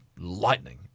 lightning